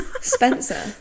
spencer